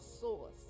source